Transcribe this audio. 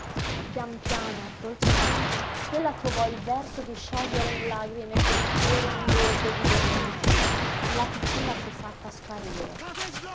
pian piano dolcemente quella trovò il verso di sciogliere in lagrime quel fiero ingorgo di demenza e la piccina fu fatta sparire